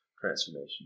transformation